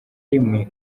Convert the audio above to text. rimwe